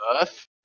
Earth